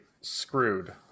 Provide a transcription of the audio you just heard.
screwed